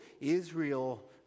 Israel